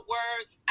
words